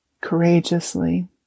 courageously